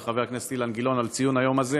וחבר הכנסת אילן גילאון על ציון היום הזה